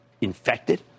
infected